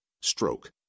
Stroke